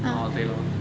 orh 对咯